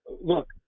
look